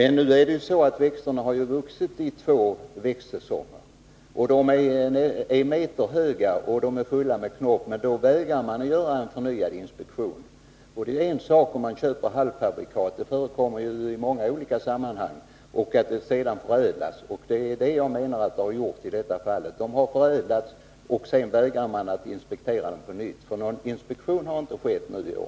Nu har de här växterna vuxit i två växtsäsonger. De är meterhöga och fulla med knopp, men nu vägrar man att göra en förnyad inspektion. Det förekommer ju i många sammanhang att man köper halvfabrikat som sedan förädlas, och det är det jag menar har skett i detta fall. Växterna har förädlats, och sedan vägrar myndigheten att inspektera dem — någon inspektion har nämligen inte skett i år.